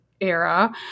era